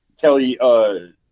Kelly –